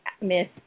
Miss